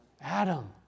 Adam